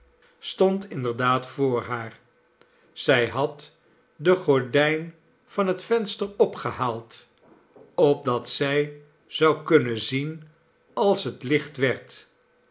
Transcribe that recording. stond inderdaad voor haar zij had de gordijn van het venster opgehaald opdat zij zou kunnen zien als het licht werd